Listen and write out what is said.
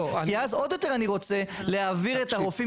כי אז אני עוד יותר רוצה להעביר את הרופאים